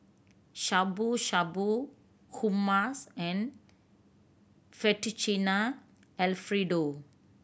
Shabu Shabu Hummus and Fettuccine Alfredo